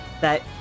that-